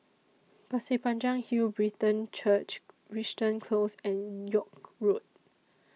Pasir Panjang Hill Brethren Church Crichton Close and York Road